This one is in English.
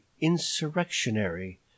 insurrectionary